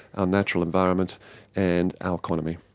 our natural environment and our economy.